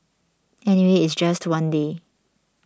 anyway it's just one day